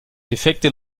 defekte